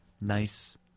nice